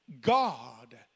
God